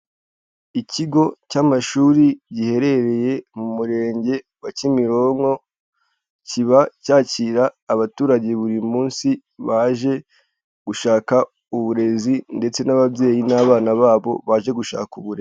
Ikigo cy'amashuri giherereye mu murenge wa Kimironko, kiba cyakira abaturage buri munsi, baje gushaka uburezi ndetse n'ababyeyi n'abana babo baje gushaka uburezi.